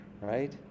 right